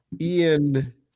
ian